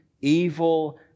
evil